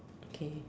okay